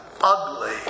ugly